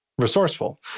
Resourceful